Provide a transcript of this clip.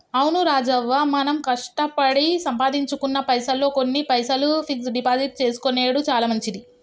అవును రాజవ్వ మనం కష్టపడి సంపాదించుకున్న పైసల్లో కొన్ని పైసలు ఫిక్స్ డిపాజిట్ చేసుకొనెడు చాలా మంచిది